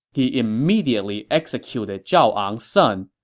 he immediately executed zhao ang's son.